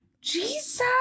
Jesus